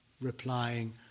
replying